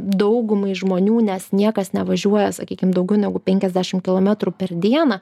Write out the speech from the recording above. daugumai žmonių nes niekas nevažiuoja sakykim daugiau negu penkiasdešim kilometrų per dieną